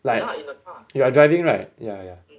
like you are driving right ya ya